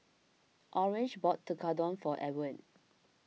Orange bought Tekkadon for Edward